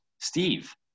Steve